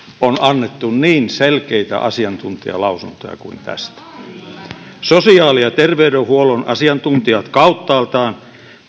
on annettu niin selkeitä asiantuntijalausuntoja kuin tästä sosiaali ja terveydenhuollon asiantuntijat kauttaaltaan